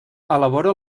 elabora